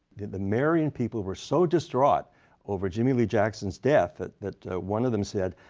the marion people were so distraught over jimmie lee jackson's death that that one of them said,